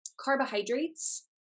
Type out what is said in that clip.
Carbohydrates